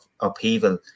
upheaval